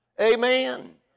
Amen